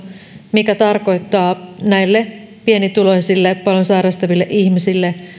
mikä tarkoittaa näille pienituloisille paljon sairastaville ihmisille